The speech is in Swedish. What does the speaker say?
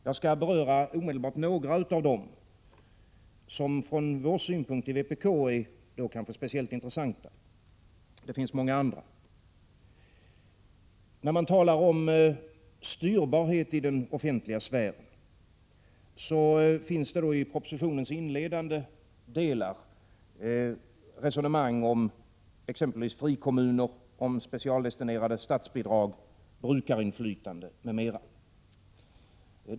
Jag skall omedelbart beröra några av dem som från vår synpunkt i vpk kanske är speciellt intressanta; det finns många andra. När man talar om styrbarhet i den offentliga sfären finns det i propositio nens inledande delar resonemang om exempelvis frikommuner, specialdestinerade statsbidrag och brukarinflytande.